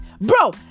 bro